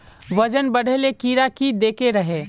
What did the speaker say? वजन बढे ले कीड़े की देके रहे?